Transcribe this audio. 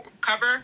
cover